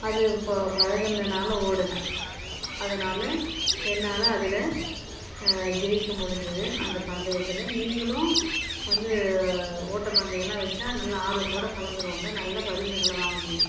அது இப்போ பலகுனால ஓடுனேன் அதனால் என்னால் அதில் ஜெயிக்க முடிஞ்சுது அந்த பந்தயத்தில் நீங்களும் வந்து ஓட்டப்பந்தயமெலாம் வச்சால் நல்லா ஆர்வத்தோடய கலந்துக்கோங்க நல்ல பரிசுகளை வாங்குங்க